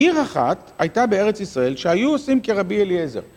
עיר אחת הייתה בארץ ישראל שהיו עושים כרבי אליעזר.